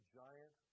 giant